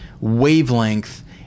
wavelength